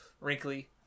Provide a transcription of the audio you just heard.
wrinkly